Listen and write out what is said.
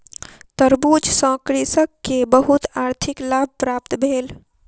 तरबूज सॅ कृषक के बहुत आर्थिक लाभ प्राप्त भेल